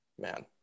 man